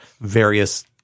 various